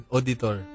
Auditor